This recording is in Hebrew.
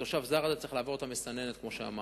התושב הזר הזה צריך לעבור את המסננת, כמו שאמרתי.